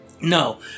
No